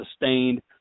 sustained